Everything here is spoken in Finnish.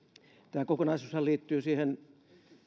tämä kokonaisuushan liittyy siihen